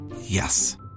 Yes